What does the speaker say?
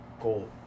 Goal